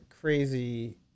crazy